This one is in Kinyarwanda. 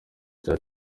cya